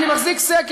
אני מחזיק סקר,